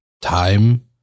time